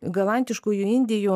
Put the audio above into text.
galantiškųjų indijų